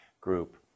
group